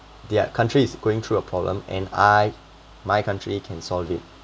their country is going through a problem and I my country can solve it